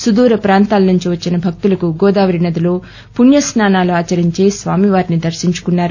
సుదూర ప్రాంతా నుంచి వచ్చిన భక్తుకు గోదావరి నదిలో పుణ్యస్సానూ ఆచరించి స్వామివారిని దర్పించుకున్నారు